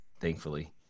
thankfully